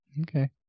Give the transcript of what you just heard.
Okay